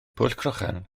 pwllcrochan